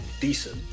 decent